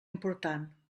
important